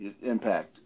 impact